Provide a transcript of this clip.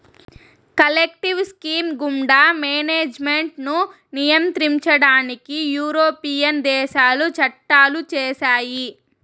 collective scheme గుండా management ను నియంత్రించడానికి యూరోపియన్ దేశాలు చట్టాలు చేశాయి